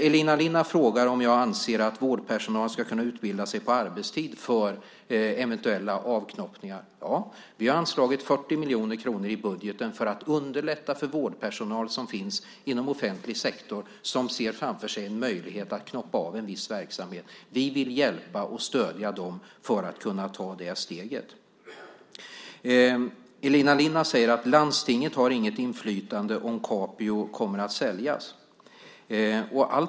Elina Linna frågar om jag anser att vårdpersonal ska kunna utbilda sig på arbetstid för eventuella avknoppningar. Ja, vi har anslagit 40 miljoner kronor i budgeten för att underlätta för vårdpersonal som finns inom offentlig sektor och som ser framför sig en möjlighet att knoppa av en viss verksamhet. Vi vill hjälpa och stödja dem att ta det steget. Elina Linna säger att landstinget inte har något inflytande om Capio kommer att säljas.